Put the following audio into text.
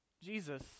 Jesus